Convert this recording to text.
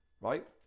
Right